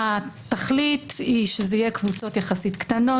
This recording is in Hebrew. התכלית היא שזה יהיה קבוצות יחסית קטנות